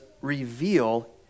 reveal